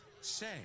Say